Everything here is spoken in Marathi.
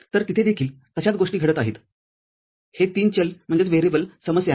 तरतिथे देखील तशाच गोष्टी घडत आहेतही तीन चल समस्या आहे